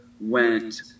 went